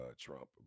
Trump